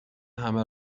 همه